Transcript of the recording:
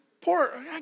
Poor